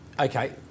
Okay